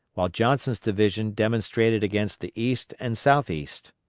while johnson's division demonstrated against the east and southeast.